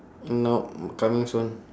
no coming soon